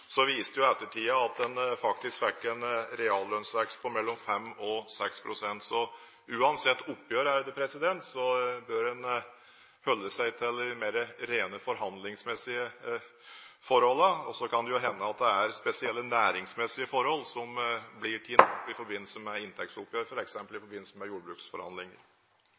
Så uansett oppgjør bør en holde seg til de rene forhandlingsmessige forholdene, og så kan det hende at det er spesielle næringsmessige forhold som blir tatt opp i forbindelse med inntektsoppgjør, f.eks. i forbindelse med jordbruksforhandlinger.